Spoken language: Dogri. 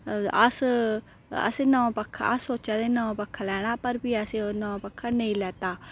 अस असें नमां पक्खा लैना हा पर फ्ही असें नमा पक्का नेईं लैता